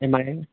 M I